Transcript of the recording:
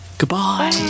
Goodbye